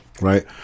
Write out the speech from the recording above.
Right